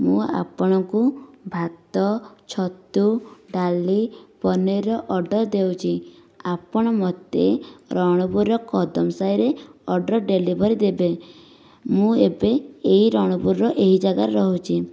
ମୁଁ ଆପଣଙ୍କୁ ଭାତ ଛତୁ ଡାଲି ପନିରର ଅର୍ଡ଼ର ଦେଉଛି ଆପଣ ମୋତେ ରଣପୁରର କଦମ ସାହିରେ ଅର୍ଡ଼ର ଡେଲିଭରି ଦେବେ ମୁଁ ଏବେ ଏହି ରଣପୁରର ଏହି ଯାଗାରେ ରହୁଛି